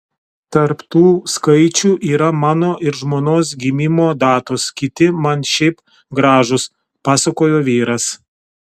tarp tų skaičių yra mano ir žmonos gimimo datos kiti man šiaip gražūs pasakojo vyras